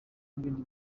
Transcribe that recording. n’ibindi